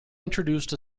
introduced